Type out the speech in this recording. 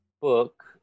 book